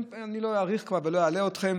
אני לא אאריך כבר ולא אלאה אתכם.